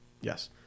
yes